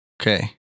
Okay